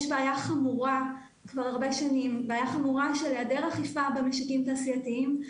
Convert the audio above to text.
יש בעיה חמורה כבר הרבה שנים של היעדר אכיפה במשקים תעשייתיים.